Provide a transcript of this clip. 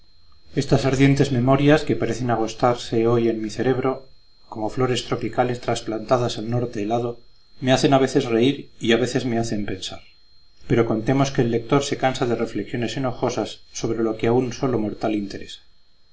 estas ardientes memorias que parecen agostarse hoy en mi cerebro como flores tropicales trasplantadas al norte helado me hacen a veces reír y a veces me hacen pensar pero contemos que el lector se cansa de reflexiones enojosas sobre lo que a un solo mortal interesa